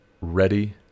ready